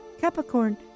Capricorn